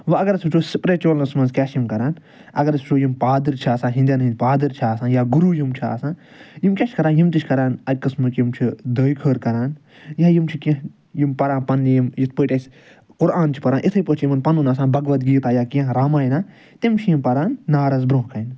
وۄنۍ اگر أسۍ وٕچھو سپرچُوَلَس مَنٛز کیاہ چھِ یِم کران اگر أسۍ وٕچھو یِم پادٕر چھِ آسان ہیٚندیٚن ہٕنٛد پادٕر چھِ آسان یا گُرو یِم چھِ آسان یِم کیاہ چھِ کران یِم تہِ چھِ کران اکہ قٕسمُک یِم چھِ دعٲےخٲر کران یا یِم چھِ کینٛہہ پَران پَنن یِم یِتھ پٲٹھۍ أسۍ قُرآن چھِ پَران اِتھے پٲٹھۍ چھ یِمَن پَنُن آسان بَگود گیٖتا یا کینٛہہ رامایَنا تِم چھِ یِم پَران نارَس برونٛہہ کَنہِ